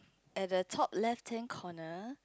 at the top left hand corner